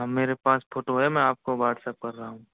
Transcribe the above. हाँ मेरे पास फोटू है मैं आपको व्हाट्सएप कर रहा हूँ